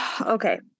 okay